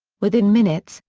within minutes,